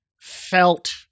felt